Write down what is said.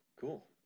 cool